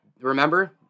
remember